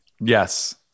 Yes